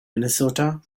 minnesota